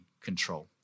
control